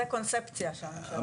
זה קונספציה שהממשלה תנהל.